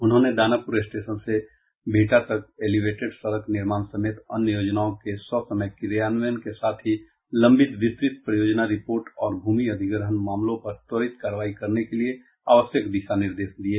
उन्होंने दानापुर स्टेशन से बिहटा तक एलिवेटेड सड़क निर्माण समेत अन्य योजनाओं के ससमय क्रियान्वयन के साथ ही लंबित विस्तृत परियोजना रिपोर्ट और भूमि अधिग्रहण मामलों पर त्वरित कार्रवाई करने के लिए आवश्यक दिशा निर्देश दिये